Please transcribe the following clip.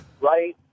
right